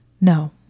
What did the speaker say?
No